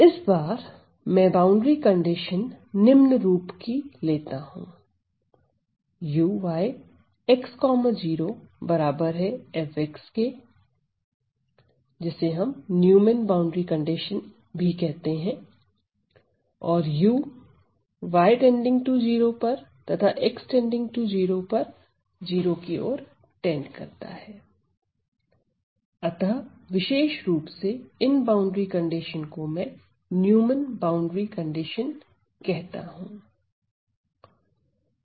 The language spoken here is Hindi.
इस बार में बाउंड्री कंडीशन निम्न रूप की लेता हूं अतः विशेष रुप से इन बाउंड्री कंडीशन को मैं न्यूमन बाउंड्री कंडीशन कहते हैं